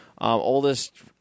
Oldest